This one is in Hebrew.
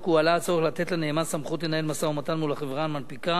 הועלה הצורך לתת לנאמן סמכות לנהל משא-ומתן מול החברה המנפיקה